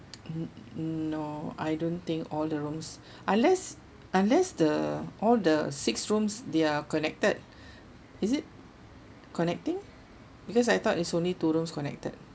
no I don't think all the rooms unless unless the all the six rooms they're connected is it connecting because I thought is only two rooms connected